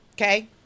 Okay